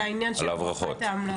על העניין של הברחות האמל"ח.